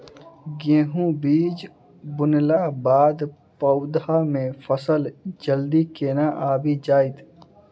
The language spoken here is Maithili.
गेंहूँ बीज बुनला बाद पौधा मे फसल जल्दी केना आबि जाइत?